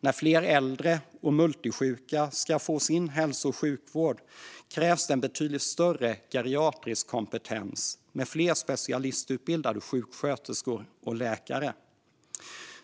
När fler äldre och multisjuka ska få sin hälso och sjukvård krävs det en betydligt större geriatrisk kompetens med fler specialistutbildade sjuksköterskor och läkare.